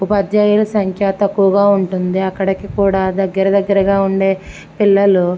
ఉపాధ్యాయుల సంఖ్య తక్కువగా ఉంటుంది అక్కడకి కూడా దగ్గర దగ్గరగా ఉండే పిల్లలు